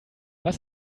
was